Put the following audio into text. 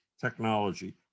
technology